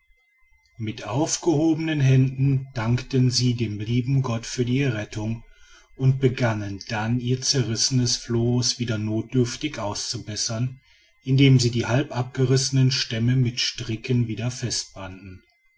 mit aufgehobenen händen danken sie dem lieben gott für die errettung und begannen dann ihr zerrissenes floß wieder notdürftig auszubessern indem sie die halb abgerissenen stämme mit stricken wieder